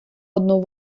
одну